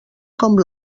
com